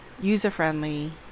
user-friendly